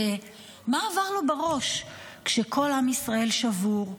מה עבר לו בראש כשכל עם ישראל שבור,